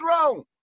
wrong